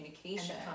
communication